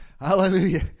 Hallelujah